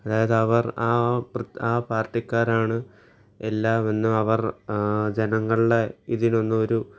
അതായത് അവർ ആ ആ പാർട്ടിക്കാരാണ് എല്ലാം എന്ന് അവർ ജനങ്ങളുടെ ഇതിനൊന്നും ഒരു